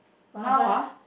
got oven